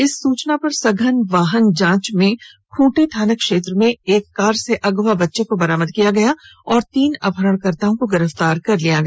इस सुचना पर सघन वाहन जांच में खुंटी थाना क्षेत्र में एक कार से अगवा बच्चे को बरामद किया और तीन अपहरणकर्ताओं को गिरफ्तार किया गया